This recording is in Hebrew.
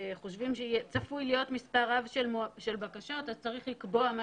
שחושבים שצפוי להיות מספר רב של בקשות אז צריך לקבוע מה